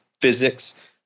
physics